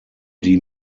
die